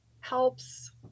helps